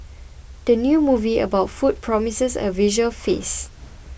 the new movie about food promises a visual feast